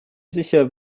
sicher